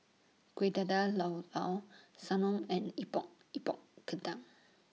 Kueh Dadar Llao Llao Sanum and Epok Epok Kentang